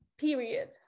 Period